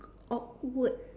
awkward